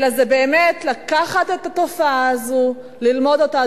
אלא זה באמת לקחת את התופעה הזאת וללמוד אותה.